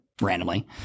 randomly